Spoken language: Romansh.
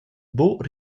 buca